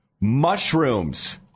Mushrooms